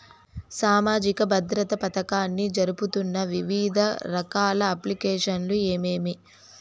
సామాజిక భద్రత పథకాన్ని జరుపుతున్న వివిధ రకాల అప్లికేషన్లు ఏమేమి?